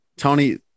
Tony